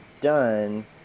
done